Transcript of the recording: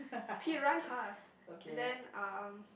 piranhas and then um